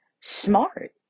smart